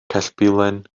cellbilen